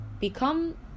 Become